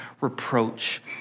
reproach